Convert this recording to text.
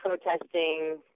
protesting